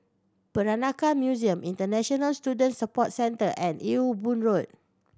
Peranakan Museum International Student Support Centre and Ewe Boon Road